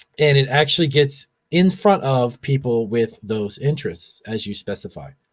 and, it actually gets in front of people with those interests as you specified.